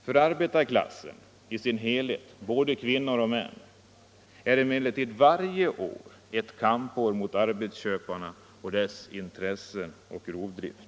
För arbetarklassen i sin helhet — både kvinnor och män — är emellertid varje år ett kampår mot arbetsköparna och deras intressen och rovdrift.